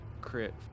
crit